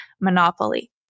monopoly